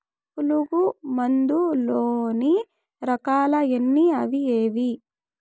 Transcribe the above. పులుగు మందు లోని రకాల ఎన్ని అవి ఏవి?